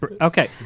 Okay